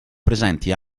presenti